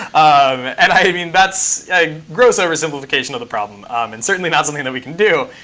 um and i mean that's a gross oversimplification of the problem and certainly not something that we can do,